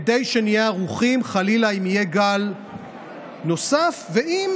כדי שנהיה ערוכים אם חלילה יהיה גל נוסף ואם